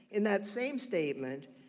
in that same statement,